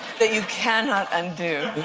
that you cannot undo.